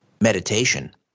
meditation